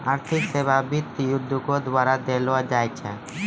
आर्थिक सेबा वित्त उद्योगो द्वारा देलो जाय छै